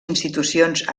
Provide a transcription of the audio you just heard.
institucions